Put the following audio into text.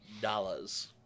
dollars